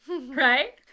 Right